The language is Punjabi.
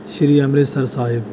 ਸ੍ਰੀ ਅੰਮ੍ਰਿਤਸਰ ਸਾਹਿਬ